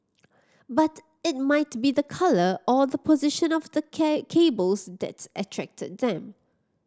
but it might be the colour or the position of the cables that's attracted them